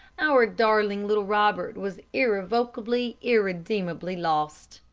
our darling little robert was irrevocably, irredeemably lost.